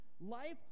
Life